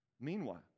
Meanwhile